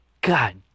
God